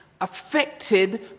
affected